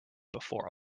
before